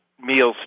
meals